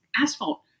asphalt